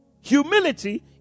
Humility